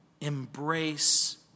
embrace